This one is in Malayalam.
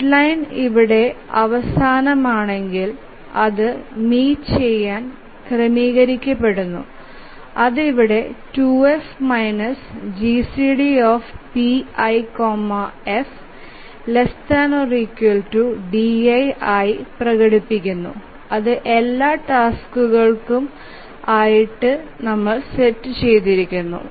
ഡെഡ്ലൈൻ ഇവിടെ അവസാനമാണെങ്കിൽ അത് മീറ്റ് ചെയാൻ ക്രമീകരിക്കപ്പെടുന്നു അത് ഇവിടെ 2F GCD pi f D ആയി പ്രകടിപ്പിക്കുന്നു അത് എല്ലാ ടാസ്കുകൾക്കും ആയിട്ടു ആയിരികും